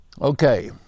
Okay